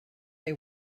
they